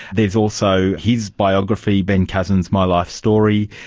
there is also his biography ben cousins my life story.